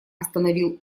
остановил